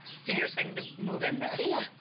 so you're saying to move in there. yeah!